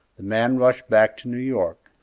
the man rushed back to new york,